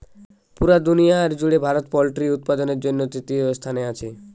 পুরা দুনিয়ার জুড়ে ভারত পোল্ট্রি উৎপাদনের জন্যে তৃতীয় স্থানে আছে